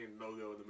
logo